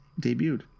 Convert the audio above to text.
debuted